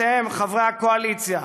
אתם, חברי הקואליציה,